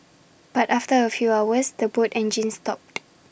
but after A few hours the boat engines stopped